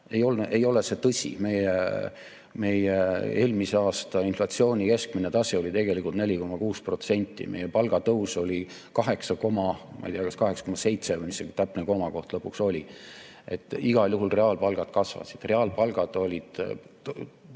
Ei ole see tõsi! Meie eelmise aasta inflatsiooni keskmine tase oli tegelikult 4,6%, meie palgatõus oli, ma ei tea, kas 8,7% või mis see täpne komakoht lõpuks oli. Igal juhul reaalpalgad kasvasid. Reaalpalgad olid